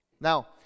Now